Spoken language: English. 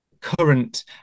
current